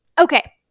Okay